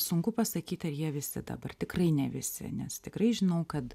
sunku pasakyt ar jie visi dabar tikrai ne visi nes tikrai žinau kad